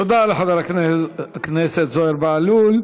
תודה לחבר הכנסת זוהיר בהלול.